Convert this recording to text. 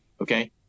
Okay